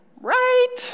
right